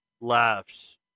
laughs